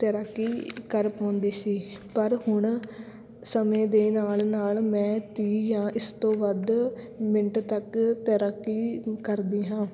ਤੈਰਾਕੀ ਕਰ ਪਾਉਂਦੀ ਸੀ ਪਰ ਹੁਣ ਸਮੇਂ ਦੇ ਨਾਲ਼ ਨਾਲ਼ ਮੈਂ ਤੀਹ ਜਾਂ ਇਸ ਤੋਂ ਵੱਧ ਮਿੰਟ ਤੱਕ ਤੈਰਾਕੀ ਕਰਦੀ ਹਾਂ